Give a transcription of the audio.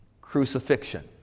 crucifixion